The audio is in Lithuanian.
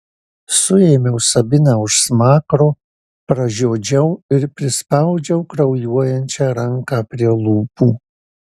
suėmiau sabiną už smakro pražiodžiau ir prispaudžiau kraujuojančią ranką prie lūpų